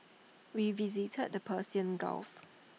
we visited the Persian gulf